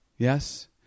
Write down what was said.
Yes